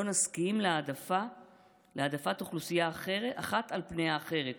לא נסכים להעדפת אוכלוסייה אחת על פני האחרת,